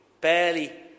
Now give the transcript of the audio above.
barely